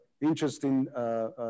interesting